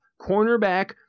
Cornerback